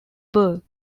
birth